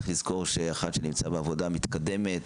צריך לזכור שאחד שנמצא בעבודה מתקדמת